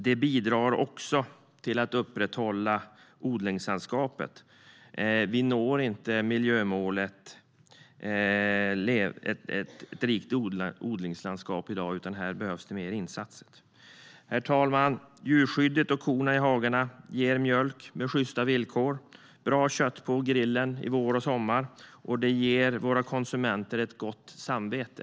Det bidrar också till att upprätthålla odlingslandskapet. Vi når inte miljömålet ett rikt odlingslandskap i dag, utan här behövs det mer insatser. Herr talman! Djurskyddet och korna i hagarna ger mjölk med sjysta villkor och bra kött på grillen i vår och sommar, och det ger våra konsumenter ett gott samvete.